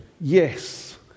Yes